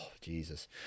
Jesus